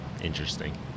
Interesting